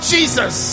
Jesus